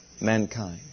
mankind